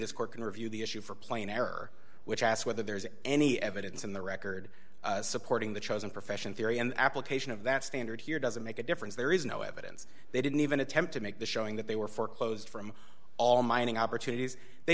this court can review the issue for plain error which asks whether there is any evidence in the record supporting the chosen profession theory and application of that standard here doesn't make a difference there is no evidence they didn't even attempt to make the showing that they were foreclosed from all mining opportunities they